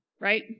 right